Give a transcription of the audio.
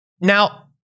Now